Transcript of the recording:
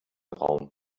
raum